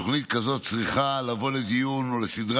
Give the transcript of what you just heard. תוכנית כזאת צריכה לבוא לדיון או לסדרי